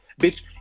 bitch